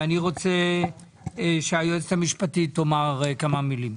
ואני רוצה שהיועצת המשפטית תאמר כמה מילים.